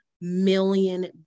million